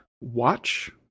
watch